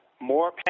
more